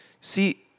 See